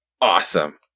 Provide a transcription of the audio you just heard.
Awesome